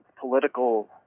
political